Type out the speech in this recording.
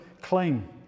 claim